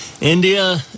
India